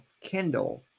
Kindle